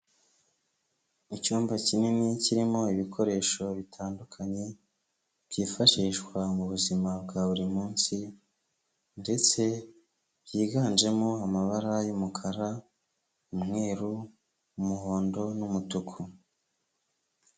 Icyumba kinini kirimo ibikoresho bitandukanye byifashishwa mu buzima bwa buri munsi, ndetse byiganjemo amabara y'umukara, umweru, umuhondo, n'umutuku.